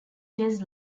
days